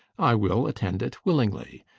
i will attend it willingly.